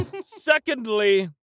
Secondly